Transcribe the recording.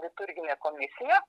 liturginė komisija